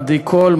עדי קול,